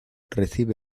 recibe